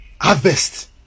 harvest